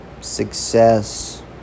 success